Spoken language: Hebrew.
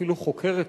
אפילו חוקרת אותו,